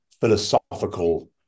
philosophical